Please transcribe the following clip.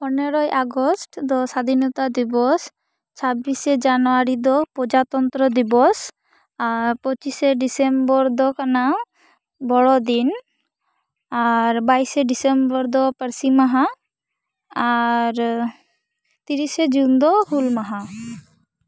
ᱯᱚᱱᱮᱨᱳᱭ ᱟᱜᱚᱥᱴ ᱫᱚ ᱥᱟᱫᱷᱤᱱᱚᱛᱟ ᱫᱤᱵᱚᱥ ᱪᱷᱟᱵᱤᱥᱮ ᱡᱟᱱᱩᱣᱟᱨᱤ ᱫᱚ ᱯᱨᱚᱡᱟᱛᱚᱱᱛᱨᱚ ᱫᱤᱵᱚᱥ ᱯᱚᱪᱤᱥᱮ ᱰᱤᱥᱮᱢᱵᱚᱨ ᱫᱚ ᱠᱟᱱᱟ ᱵᱚᱲᱚ ᱫᱤᱱ ᱟᱨ ᱵᱟᱭᱤᱥᱮ ᱰᱤᱥᱮᱢᱵᱚᱨ ᱫᱚ ᱯᱟᱹᱨᱥᱤ ᱢᱟᱦᱟ ᱟᱨ ᱛᱤᱨᱤᱥᱮ ᱡᱩᱱ ᱫᱚ ᱦᱩᱞ ᱢᱟᱦᱟ